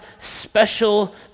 special